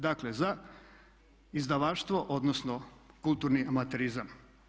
Dakle za izdavaštvo, odnosno kulturni amaterizam.